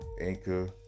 anchor